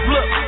Look